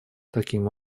таким